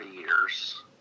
years